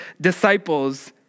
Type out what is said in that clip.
disciples